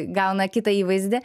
gauna kitą įvaizdį